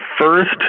first